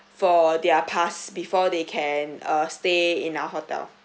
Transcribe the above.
for their pass before they can uh stay in our hotel